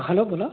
hello बोला